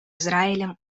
израилем